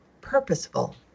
purposeful